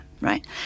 right